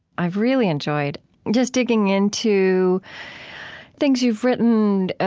i've really enjoyed just digging into things you've written, and